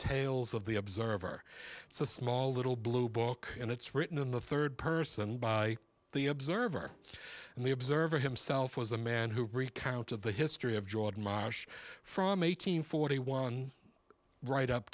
tales of the observer it's a small little blue book and it's written in the third person by the observer and the observer himself was a man who recounts of the history of jordan marsh from eight hundred forty one right up